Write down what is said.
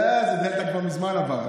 זה היה, דלתא כבר מזמן עבר.